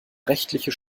rechtliche